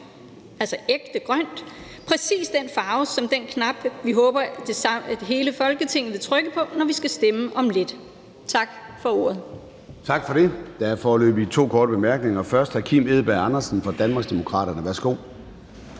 grønt, ægte grønt, præcis den farve, som den knap, vi håber hele Folketinget vil trykke på, når vi skal stemme om lidt, har. Tak for ordet. Kl. 14:11 Formanden (Søren Gade): Tak for det. Der er foreløbig to korte bemærkninger. Først værsgo til hr. Kim Edberg Andersen fra Danmarksdemokraterne. Kl.